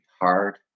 hard